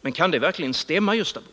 Men kan det verkligen stämma, Gösta Bohman?